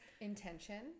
intention